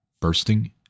bursting